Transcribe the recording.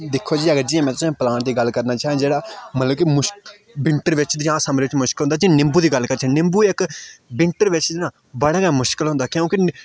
दिक्खो जी अगर जे में तुसें प्लान दी गल्ल करना चाह्ं जेह्ड़ा मतलब की मुश्किल विंटर बिच जां समर बिच मुश्किल होंदा जे निम्बू दी गल्ल करचै निम्बू इक विंटर बिच ना बड़ा गै मुश्किल होंदा क्योंकि